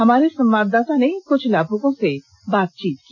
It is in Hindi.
हमारे संवाददाता ने कुछ लाभुकों से बातचीत की